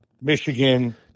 Michigan